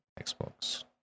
xbox